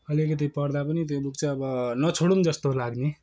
अलिकति पढ्दा पनि त्यो बुक चाहिँ अब नछोडौँ जस्तो लाग्ने